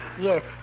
Yes